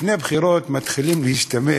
לפני בחירות מתחילים להשתמש